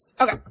Okay